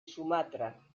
sumatra